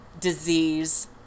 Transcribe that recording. disease